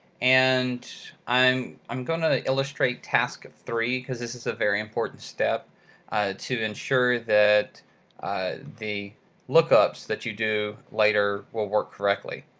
and i'm i'm going to illustrate task three, because this is a very important step to ensure that the lookups that you do later will work correctly.